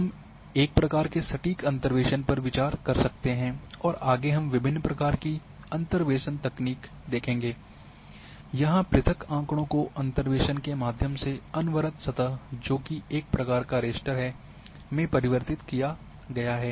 हम एक प्रकार के सटीक अंतर्वेसन पर विचार कर सकते हैं और आगे हम विभिन्न प्रकार की अंतर्वेसन तकनीक देखेंगे यहाँ पृथक आँकड़ों को अंतर्वेसन के माध्यम से अनवरत सतह जोकि एक प्रकार का रास्टर है में परिवर्तित किया गया है